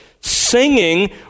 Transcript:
singing